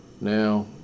Now